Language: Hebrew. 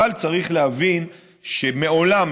אבל צריך להבין שמעולם,